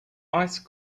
ice